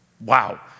Wow